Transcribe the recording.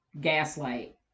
gaslight